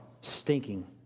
stinking